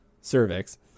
cervix